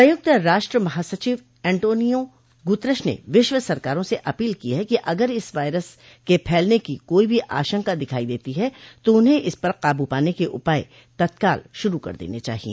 संयुक्त राष्ट्र महासचिव एंटोनियो गुतरश ने विश्व सरकारों से अपील की है कि अगर इस वायरस के फैलने की कोई भी आशंका दिखाई देती है तो उन्हें इस पर काबू पाने के उपाय तत्काल शुरू कर देने चाहिए